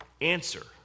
answer